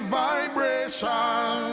vibration